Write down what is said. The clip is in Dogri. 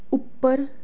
उप्पर